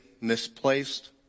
misplaced